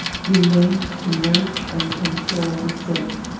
remained to nurse and console the sick.